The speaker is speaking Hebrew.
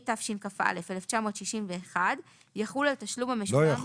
התשכ"א 1961, לא יחול